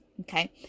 Okay